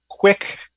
Quick